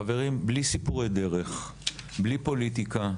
חברים, בלי סיפורי דרך, בלי פוליטיקה.